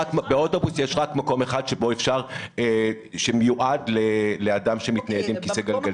באוטובוס יש רק מקום אחד שמיועד לאדם שמתנייד עם כיסא גלגלים.